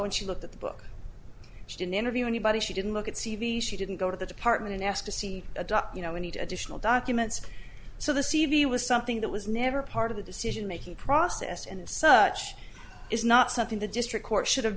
and she looked at the book she didn't interview anybody she didn't look at c v she didn't go to the department and ask to see a doc you know any additional documents so the c v was something that was never part of the decision making process and as such is not something the district court should have